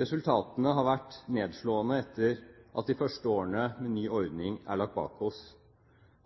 Resultatene har vært nedslående etter at de første årene med ny ordning er lagt bak oss.